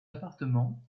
appartements